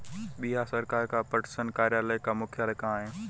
बिहार सरकार का पटसन कार्यालय का मुख्यालय कहाँ है?